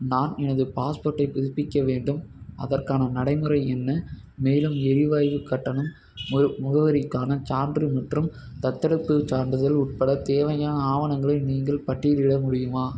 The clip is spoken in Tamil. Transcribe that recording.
நான் எனது பாஸ்போர்ட்டை புதுப்பிக்க வேண்டும் அதற்கான நடைமுறை என்ன மேலும் எரிவாயுக் கட்டணம் மு முகவரிக்கான சான்று மற்றும் தத்தெடுப்புச் சான்றிதழ் உட்பட தேவையான ஆவணங்களை நீங்கள் பட்டியலிட முடியுமா